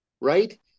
right